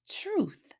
truth